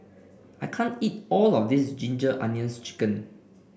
I can't eat all of this Ginger Onions chicken